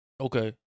Okay